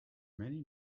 many